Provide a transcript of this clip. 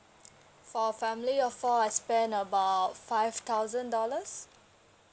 for a family of four I spend about five thousand dollars